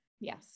Yes